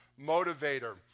motivator